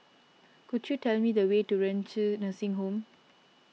could you tell me the way to Renci Nursing Home